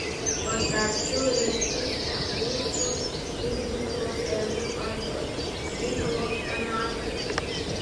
patarčiau rinktis tepalus su ibuprofenu arba diklofenaku